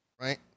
right